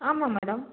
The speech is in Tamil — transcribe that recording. ஆமாம் மேடம்